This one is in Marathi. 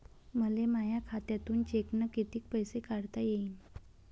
मले माया खात्यातून चेकनं कितीक पैसे काढता येईन?